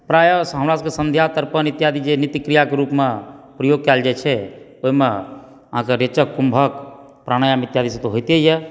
प्रायः हमरा सभकेँ तर्पण इत्यादि जे नित्य क्रियाके रूपमे प्रयोग कयल जाइ छै ओहिमे अहाँके रेचक कुम्भक प्रणायाम इत्यादिसे तऽ होइते यऽ